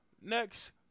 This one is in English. next